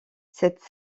cette